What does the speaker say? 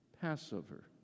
Passover